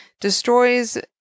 destroys